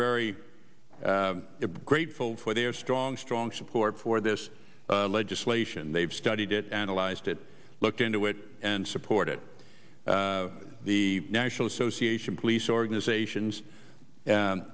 very grateful for their strong strong who are for this legislation they've studied it analyzed it looked into it and support it the national association police organizations and